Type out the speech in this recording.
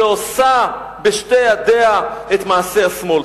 שעושה בשתי ידיה את מעשה השמאל.